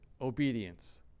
obedience